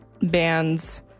bands